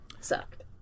sucked